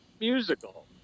musical